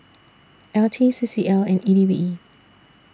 L T C C L and E D B